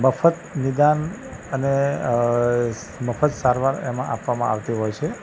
મફત નિદાન અને મફત સારવાર એમાં આપવામાં આવતી હોય છે